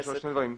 בין השאר.